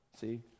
See